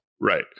Right